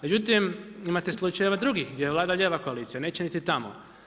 Međutim imate slučajeva drugih gdje vlada lijeva koalicija, neće niti tamo.